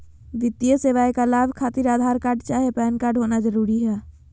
वित्तीय सेवाएं का लाभ खातिर आधार कार्ड चाहे पैन कार्ड होना जरूरी बा?